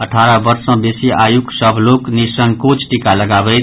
अठारह वर्ष सँ बेसी आयुक सभ लोक निःसंकोच टीका लगाबैथि